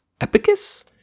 Epicus